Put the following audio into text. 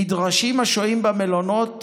נדרשים השוהים במלונות